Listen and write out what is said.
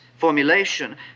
formulation